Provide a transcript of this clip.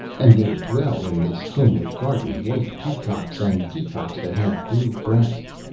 and there dwell in this comely garden white peacocks and peacocks that have blue breasts.